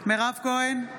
מירב כהן,